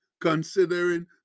considering